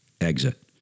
exit